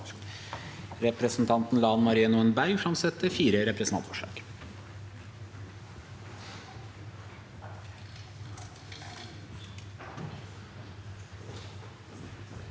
Representanten Lan Marie Nguyen Berg vil framsette fire representantforslag.